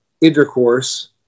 intercourse